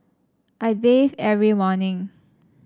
I bathe every morning